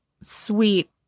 sweet